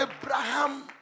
Abraham